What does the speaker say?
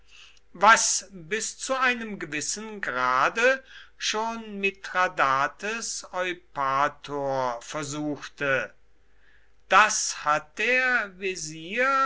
was bis zu einem gewissen grade schon mithradates eupator versuchte das hat der wesir